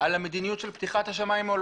על המדיניות של פתיחת השמים או על